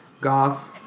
Golf